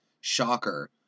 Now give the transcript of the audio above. shocker